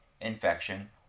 infection